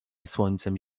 słońcem